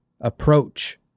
approach